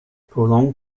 prolonged